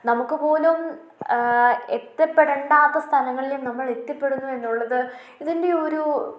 നമുക്ക് പോലും എത്തപ്പെടെണ്ടാത്ത സ്ഥലങ്ങളിലും നമ്മൾ എത്തിപ്പെടുന്നു എന്നുള്ളത് ഇതിൻ്റെ ഒരു